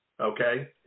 okay